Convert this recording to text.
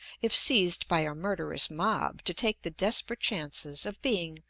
if seized by a murderous mob, to take the desperate chances of being,